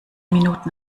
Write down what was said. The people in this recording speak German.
minuten